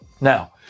Now